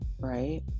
right